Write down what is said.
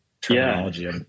terminology